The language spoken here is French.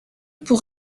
pour